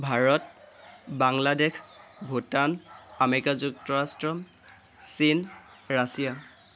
Bharat Bangladesh Bhutan America যুক্তৰাষ্ট্ৰ চীন Russia